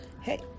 Hey